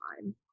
time